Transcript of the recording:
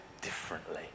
differently